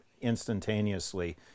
instantaneously